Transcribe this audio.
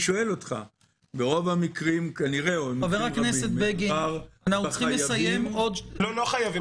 ברוב המקרים כנראה מדובר בחייבים- -- לא חייבים,